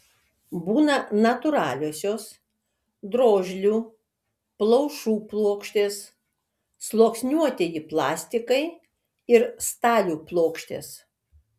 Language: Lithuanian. būna natūraliosios drožlių plaušų plokštės sluoksniuotieji plastikai ir stalių plokštės